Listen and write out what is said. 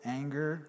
anger